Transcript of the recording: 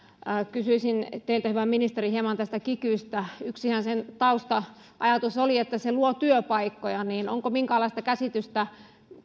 kysyisin teiltä hyvä ministeri hieman tästä kikystä yksi sen tausta ajatushan oli että se luo työpaikkoja onko minkäänlaista käsitystä